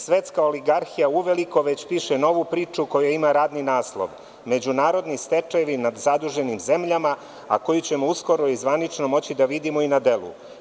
Svetka oligarhija uveliko već piše novu priču koja ima radni naslov – međunarodni stečajevi nad zaduženim zemljama, a koju ćemo uskoro i zvanično moći da vidimo i na delu.